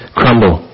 crumble